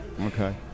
Okay